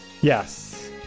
Yes